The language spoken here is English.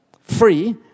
free